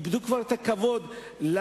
איבדו כבר את הכבוד למחנכת,